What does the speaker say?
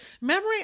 Memory